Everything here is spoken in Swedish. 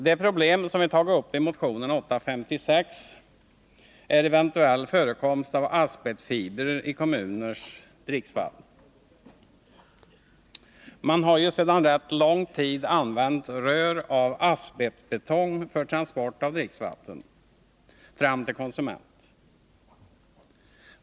Det problem som vi tagit upp i motion 856 är eventuell förekomst av asbestfibrer i konsumenters dricksvatten. Man har ju sedan rätt lång tid använt rör av asbestbetong för transport av dricksvatten fram till konsumenterna.